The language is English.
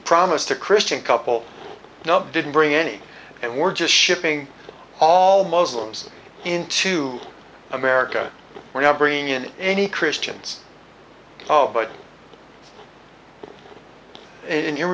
promised a christian couple not didn't bring any and we're just shipping all muslims into america we're not bringing in any christians but